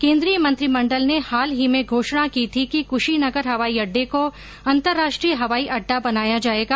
केन्द्रीय मंत्रिमंडल ने हाल ही में घोषणा की थी कि कुशीनगर हवाई अड्डे को अंतर्राष्ट्रीय हवाई अड्डा बनाया जाएगा